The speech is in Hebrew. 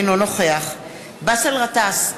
אינו נוכח באסל גטאס,